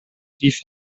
rief